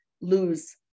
lose